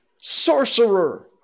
Sorcerer